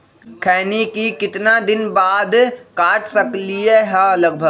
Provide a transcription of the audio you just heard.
खैनी को कितना दिन बाद काट सकलिये है लगभग?